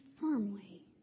firmly